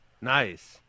Nice